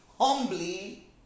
humbly